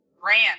Grant